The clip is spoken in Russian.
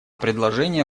предложение